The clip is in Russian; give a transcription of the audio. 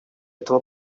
этого